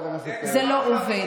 זה לא עובד.